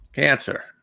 Cancer